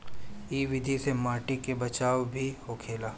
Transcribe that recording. इ विधि से माटी के बचाव भी होखेला